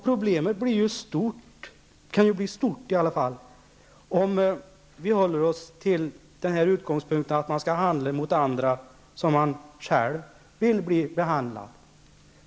Problemet kan bli stort om vi håller oss till principen att man skall behandla andra så som man själv vill bli behandlad.